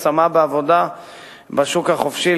השמה בעבודה בשוק החופשי,